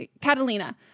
Catalina